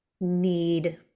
need